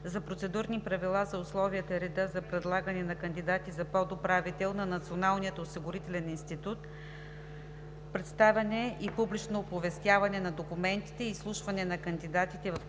за Процедурни правила за условията и реда за предлагане на кандидати за подуправител на Националния осигурителен институт, представяне и публично оповестяване на документите и изслушване на кандидатите в Комисията